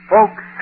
Folks